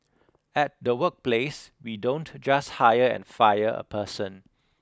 at the workplace we don't just hire and fire a person